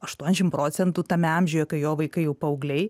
aštuoniasdešimt procentų tame amžiuje kai jo vaikai jau paaugliai